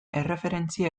erreferentzia